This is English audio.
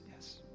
Yes